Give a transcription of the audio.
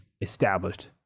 established